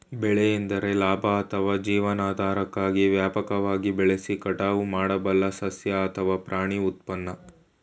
ಬೆಳೆ ಎಂದರೆ ಲಾಭ ಅಥವಾ ಜೀವನಾಧಾರಕ್ಕಾಗಿ ವ್ಯಾಪಕವಾಗಿ ಬೆಳೆಸಿ ಕಟಾವು ಮಾಡಬಲ್ಲ ಸಸ್ಯ ಅಥವಾ ಪ್ರಾಣಿ ಉತ್ಪನ್ನ